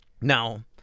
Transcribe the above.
Now